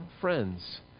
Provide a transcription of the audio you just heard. friends